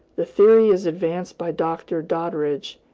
the theory is advanced by dr. doddridge,